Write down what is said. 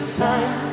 time